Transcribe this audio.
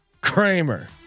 Kramer